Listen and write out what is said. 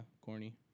corny